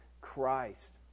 Christ